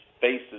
faces